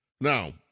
Now